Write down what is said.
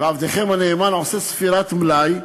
ועבדכם הנאמן עושה ספירת מלאי.